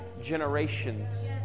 generations